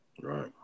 Right